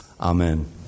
Amen